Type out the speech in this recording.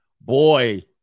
Boy